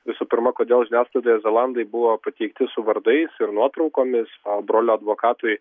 visų pirma kodėl žiniasklaidoje zelandai buvo pateikti su vardais ir nuotraukomis o brolio advokatui